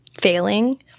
failing